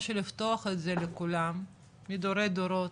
או שלפתוח את זה לכולם, מדורי דורות,